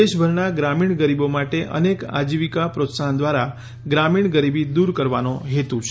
દેશભરના ગ્રામીણ ગરીબો માટે અનેક આજીવિકાના પ્રોત્સાહન દ્વારા ગ્રામીણ ગરીબી દૂર કરવાનો હેતુ છે